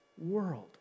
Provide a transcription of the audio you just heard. world